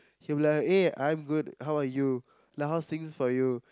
he'll be like eh I'm good how are you like how's things for you